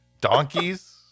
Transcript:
Donkeys